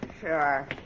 sure